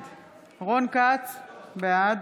בעד